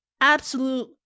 absolute